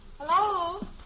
Hello